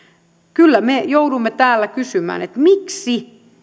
kyllä me joudumme täällä kysymään miksi